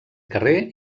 carrer